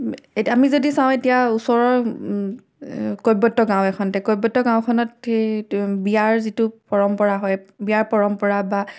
এতিয়া আমি যদি চাওঁ এতিয়া ওচৰৰ এ কৈৱৰ্ত গাঁও এখনতে কৈৱৰ্ত গাঁওখনত সেই বিয়াৰ যিটো পৰম্পৰা হয় বিয়াৰ পৰম্পৰা বা